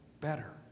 better